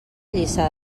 lliçà